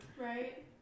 Right